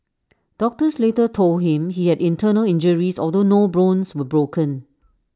doctors later told him he had internal injuries although no bones were broken